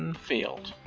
and failed.